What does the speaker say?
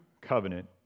covenant